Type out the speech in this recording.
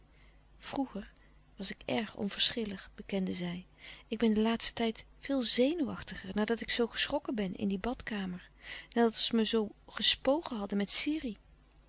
vroeger was ik erg onverschillig bekende zij ik ben den laatsten tijd veel zenuwachtiger nadat ik zoo geschrokken ben in die badkamer nadat ze me zoo gespogen hebben met sirih